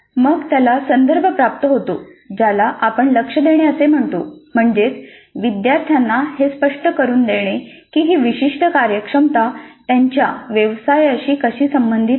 मग त्याला संदर्भ प्राप्त होतो ज्याला आपण लक्ष देणे असे म्हणतो म्हणजेच विद्यार्थ्यांना हे स्पष्ट करून देणे की ही विशिष्ट कार्यक्षमता त्यांच्या व्यवसायाशी कशी संबंधित आहे